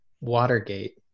Watergate